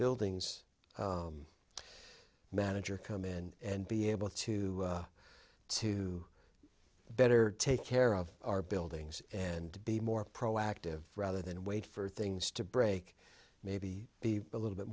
buildings manager come in and be able to to better take care of our buildings and to be more proactive rather than wait for things to break maybe be a little bit